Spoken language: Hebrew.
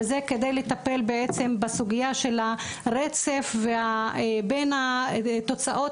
וזה כדי לטפל בעצם בסוגיה של הרצף בין התוצאות